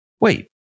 Wait